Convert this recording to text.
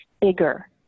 bigger